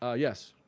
ah yes.